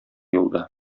юлда